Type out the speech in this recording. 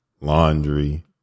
laundry